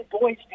boys